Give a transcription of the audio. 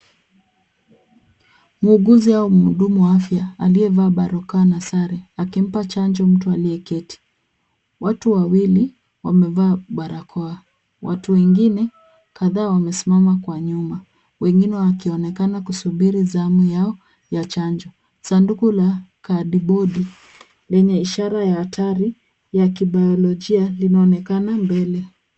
Mwuuguzi au mhudumu ya afya aliyevaa barakoa na sare akimpa chanjo mtu aliyeketi .Watu wawili wamevaa barakoa .Watu wengine kadhaa wamesimama kwa nyuma wengine, wakionekana kusumbiri zamu yao ya chanjo .Sanduku la kadibodi lenye ishara ya hatari ya kibayologia linaonekana mbele.